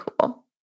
cool